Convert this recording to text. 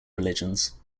religions